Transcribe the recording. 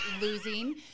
losing